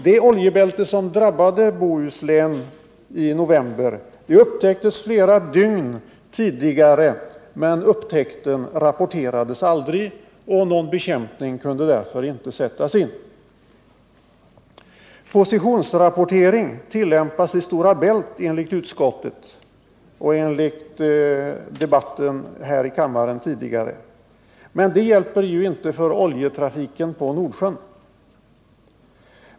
Det oljebälte som drabbade Bohuslän i november upptäcktes flera dygn tidigare — men upptäckten rapporterades aldrig, och någon bekämpning kunde därför inte sättas in. Positionsrapportering tillämpas i Stora Bält enligt utskottet och enligt debatten här i kammaren tidigare. Men det hjälper ju inte för oljetrafiken i Nordsjön.